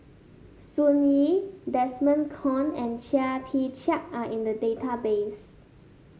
Sun Yee Desmond Kon and Chia Tee Chiak are in the database